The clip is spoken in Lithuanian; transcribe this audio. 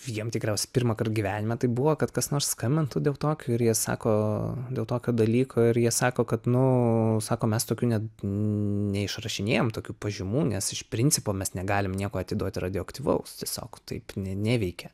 jiem tikriausiai pirmąkart gyvenime taip buvo kad kas nors skambintų dėl tokio ir jie sako dėl tokio dalyko ir jie sako kad nu sako mes tokių net neišrašinėjam tokių pažymų nes iš principo mes negalime nieko atiduot radioaktyvaus tiesiog taip ne neveikia